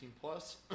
plus